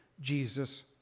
Jesus